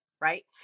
Right